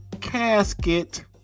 casket